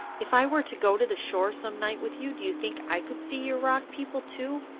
if i were to go to the shore some night with you do you think i could see your rock people too?